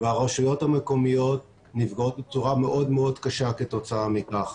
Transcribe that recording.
והרשויות המקומיות נפגעות בצורה מאוד מאוד קשה כתוצאה מכך.